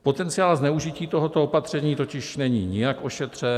Potenciál zneužití tohoto opatření totiž není nijak ošetřen.